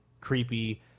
creepy